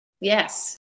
Yes